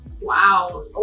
wow